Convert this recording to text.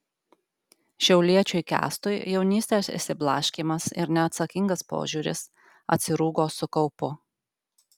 šiauliečiui kęstui jaunystės išsiblaškymas ir neatsakingas požiūris atsirūgo su kaupu